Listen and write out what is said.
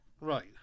Right